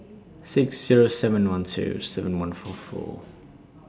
six Zero seven one two seven one four four